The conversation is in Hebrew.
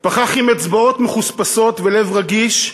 פחח עם אצבעות מחוספסות ולב רגיש,